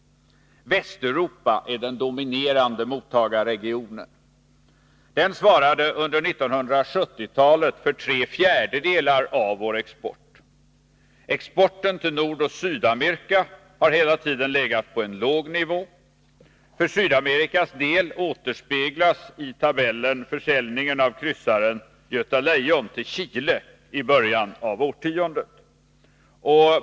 Västeuropa är den dominerande mottagarregionen. Den svarade under 1970-talet för tre fjärdedelar av vår export. Exporten till Nordoch Sydamerika har hela tiden legat på en låg nivå. För Sydamerikas del återspeglas i tabellen försäljningen av kryssaren Göta Lejon till Chile i början av årtiondet.